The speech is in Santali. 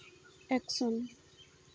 ᱮᱠᱥᱚ